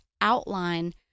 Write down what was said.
outline